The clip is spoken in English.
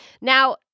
now